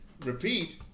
Repeat